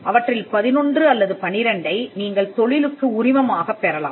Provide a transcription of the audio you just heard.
அவற்றில் 11 அல்லது 12 ஐ நீங்கள் தொழிலுக்கு உரிமம் ஆகப் பெறலாம்